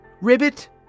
Ribbit